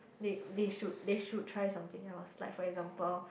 they they should they should try something else like for example